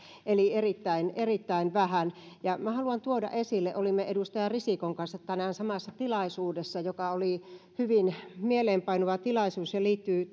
eli erittäin erittäin vähän minä haluan tuoda esille olimme edustaja risikon kanssa tänään samassa tilaisuudessa joka oli hyvin mieleenpainuva tilaisuus ja liittyy